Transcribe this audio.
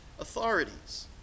authorities